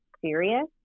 serious